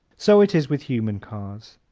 so it is with human cars.